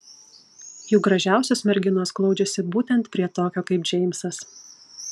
juk gražiausios merginos glaudžiasi būtent prie tokio kaip džeimsas